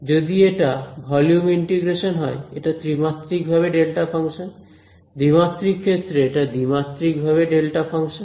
যদি এটা volume integration হয় এটা ত্রিমাত্রিক ভাবে ডেল্টা ফাংশন দ্বিমাত্রিক ক্ষেত্রে এটা দ্বিমাত্রিক ভাবে ডেল্টা ফাংশন